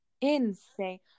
Insane